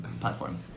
platform